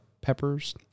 peppers